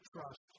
trust